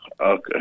Okay